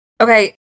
Okay